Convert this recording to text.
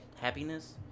happiness